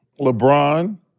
LeBron